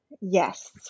Yes